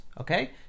Okay